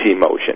motion